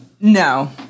No